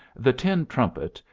the tin trumpet,